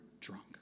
drunk